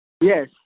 Yes